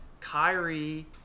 Kyrie